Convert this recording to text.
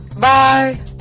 Bye